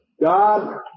God